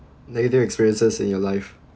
negative experiences in your life